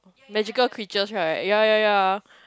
magical creatures right ya ya ya